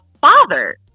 father